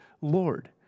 Lord